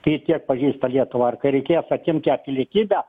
kai tiek pažįsta lietuvą ar kai reikės atimt tą pilietybę